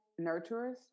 nurturers